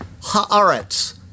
Haaretz